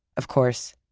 of course,